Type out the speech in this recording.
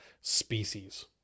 Species